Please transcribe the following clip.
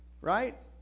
right